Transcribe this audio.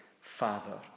Father